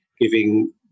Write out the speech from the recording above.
giving